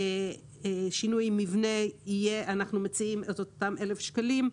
לגבי שינוי מבנה אנחנו מציעים את אותם 1,000 שקלים.